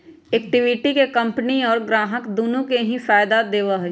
equity के company और ग्राहक दुन्नो के ही फायद दा होबा हई